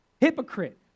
Hypocrite